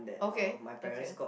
okay okay